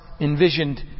envisioned